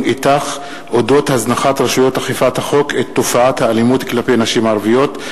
"איתך" אודות הזנחת רשויות אכיפת החוק את תופעת האלימות כלפי נשים ערביות,